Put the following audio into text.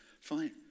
Fine